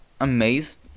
amazed